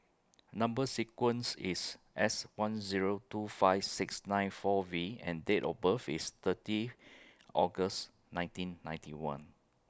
Number sequence IS S one Zero two five six nine four V and Date of birth IS thirty August nineteen ninety one